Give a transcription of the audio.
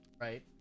right